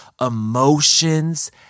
emotions